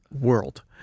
world